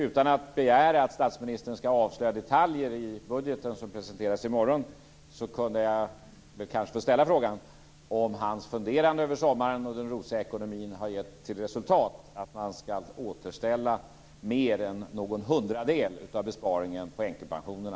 Utan att begära att statsministern skall avslöja detaljer i budgeten, som presenteras i morgon, kunde jag kanske få ställa frågan om hans funderande över sommaren och den rosiga ekonomin har gett till resultat att han skall återställa mer än någon hundradel av besparingen på änkepensionerna.